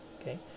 okay